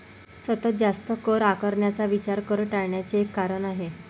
सतत जास्त कर आकारण्याचा विचार कर टाळण्याचे एक कारण आहे